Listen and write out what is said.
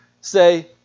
say